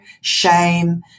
shame